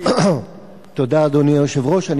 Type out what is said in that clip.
אדוני היושב-ראש, תודה.